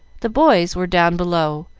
the boys were down below,